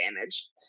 damage